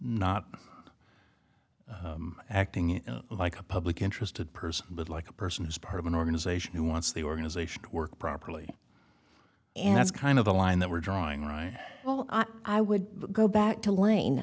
not acting like a public interested person but like a person who's part of an organization who wants the organization to work properly and that's kind of the line that we're drawing right well i would go back to lane